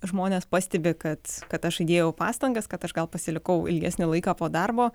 žmonės pastebi kad kad aš įdėjau pastangas kad aš gal pasilikau ilgesnį laiką po darbo